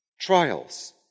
Trials